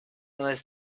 unless